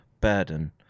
burden